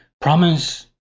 promise